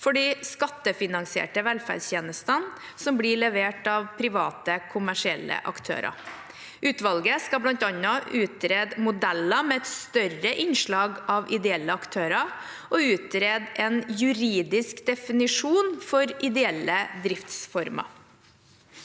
for de skattefinansierte velferdstjenestene som blir levert av private kommersielle aktører. Utvalget skal bl.a. utrede modeller med et større innslag av ideelle aktører og utrede en juridisk definisjon for ideelle driftsformer.